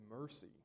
mercy